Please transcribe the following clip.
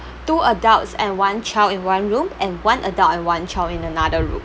two adults and one child in one room and one adult and one child in another room